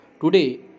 today